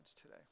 today